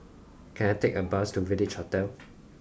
can I take a bus to Village Hotel